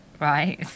Right